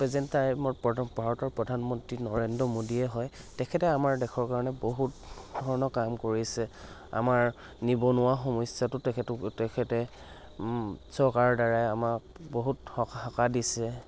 present টাইমত প্ৰথম ভাৰতৰ প্ৰধান মন্ত্ৰী নৰেন্দ্ৰ মোদীয়ে হয় তেখেতে আমাৰ দেশৰ কাৰণে বহুত ধৰণৰ কাম কৰিছে আমাৰ নিবনুৱা সমস্যাটো তেখেতো তেখেতে চৰকাৰৰ দ্বাৰাই আমাক বহুত সকাহ দিছে